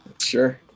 Sure